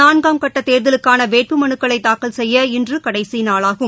நான்காம் கட்டதேர்தலுக்கானவேட்பு மனுக்களைத் தாக்கல் செய்ய இன்றுகடைசிநாளாகும்